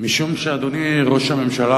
משום שאדוני ראש הממשלה,